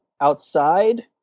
outside